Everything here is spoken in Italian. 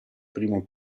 primo